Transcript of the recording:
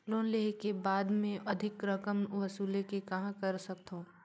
Loan लेहे के बाद मे अधिक रकम वसूले के कहां कर सकथव?